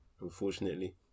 unfortunately